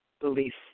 beliefs